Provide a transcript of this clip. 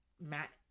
Matt